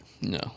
No